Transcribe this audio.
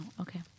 okay